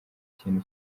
kintu